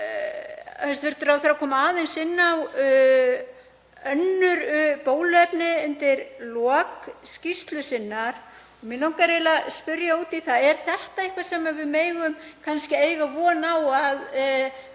það. Er þetta eitthvað sem við megum kannski eiga von á að